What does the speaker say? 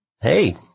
hey